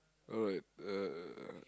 alright uh